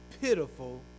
pitiful